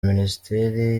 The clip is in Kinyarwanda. minisiteri